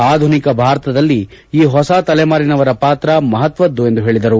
ಆಧುನಿಕ ಭಾರತದಲ್ಲಿ ಈ ಹೊಸ ತಲೆಮಾರಿನವರ ಪಾತ್ರ ಮಹತ್ವದ್ದು ಎಂದು ಹೇಳದರು